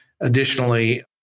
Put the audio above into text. additionally